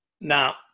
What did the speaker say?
Now